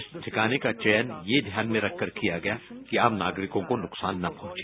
इस ठिकाने का चयन ये ध्यान में रखकर किया गया कि आम नागरिकों को कोई नुकसान न पहुंचे